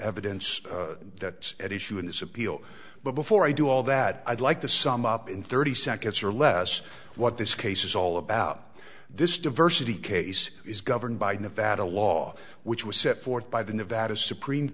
evidence that's at issue in this appeal but before i do all that i'd like to sum up in thirty seconds or less what this case is all about this diversity case is governed by the nevada law which was set forth by the nevada supreme